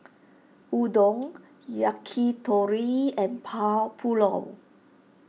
Udon Yakitori and Pulao